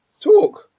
Talk